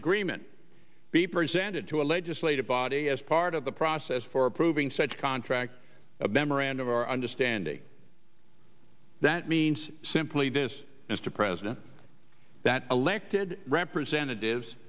agreement be presented to a legislative body as part of the process for approving such contract a memorandum or understanding that means simply this mr president that elected representatives